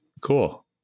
cool